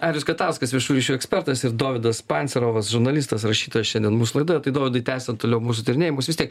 arijus katauskas viešųjų ryšių ekspertas ir dovydas pancerovas žurnalistas rašytojas šiandien mūsų laidoje tai dovydai tęsiant toliau mūsų tyrinėjimus vis tiek